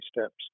steps